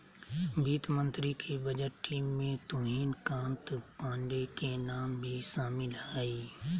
वित्त मंत्री के बजट टीम में तुहिन कांत पांडे के नाम भी शामिल हइ